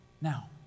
Now